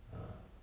ah